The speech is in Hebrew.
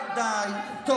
גלעד, אבל אתה משקר.